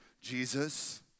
Jesus